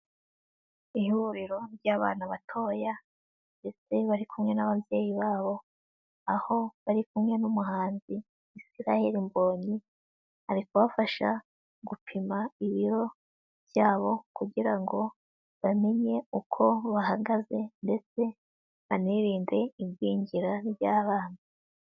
Ihuriro ry'bana batoya ndetse bari kumwe n'ababyeyi babo, aho bari kumwe n'umuhanzi "Israel MBONYI", ari kubafasha gupima ibiro byabo kugira ngo bamenye uko bahagaze ndetse banirinde igwingira ry'abana.